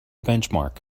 benchmark